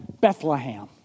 Bethlehem